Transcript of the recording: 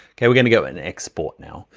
okay, we're gonna go and export now.